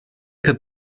could